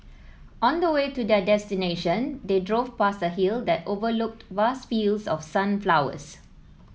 on the way to their destination they drove past a hill that overlooked vast fields of sunflowers